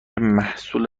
محصول